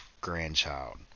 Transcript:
grandchild